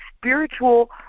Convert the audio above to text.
spiritual